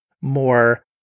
more